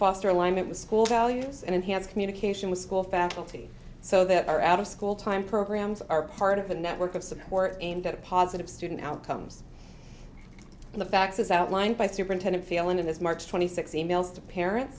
foster alignment with school values and enhanced communication with school faculty so that our out of school time programs are part of a network of support aimed at a positive student outcomes and the facts as outlined by superintendent feelin in this march twenty sixth emails to parents